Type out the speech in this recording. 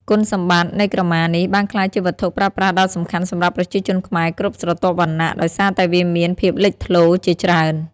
គុណសម្បត្តិនៃក្រមានេះបានក្លាយជាវត្ថុប្រើប្រាស់ដ៏សំខាន់សម្រាប់ប្រជាជនខ្មែរគ្រប់ស្រទាប់វណ្ណៈ ដោយសារតែវាមានភាពលេចធ្លោជាច្រើន។